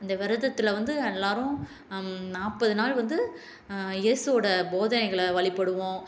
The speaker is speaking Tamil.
இந்த விரதத்தில் வந்து எல்லோரும் நாற்பது நாள் வந்து ஏசுவோட போதனைகளை வழிபடுவோம்